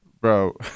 Bro